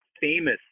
famous